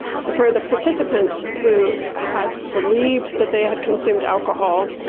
so for the participants who had believed that they had consumed alcohol,